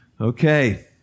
Okay